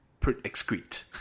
excrete